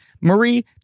Marie